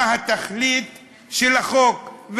מה התכלית של החוק,